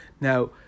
now